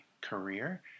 career